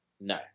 No